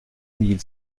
mille